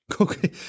Okay